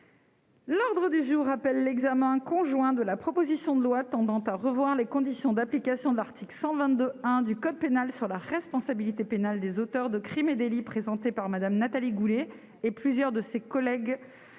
groupe Les Républicains, la discussion de la proposition de loi tendant à revoir les conditions d'application de l'article 122-1 du code pénal sur la responsabilité pénale des auteurs de crimes et délits, présentée par Mme Nathalie Goulet et plusieurs de ses collègues